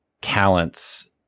talents